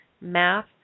math